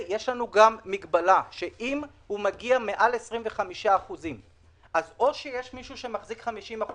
יש את המגבלה של מעל 25% או את המגבלה שמישהו מחזיק 50%,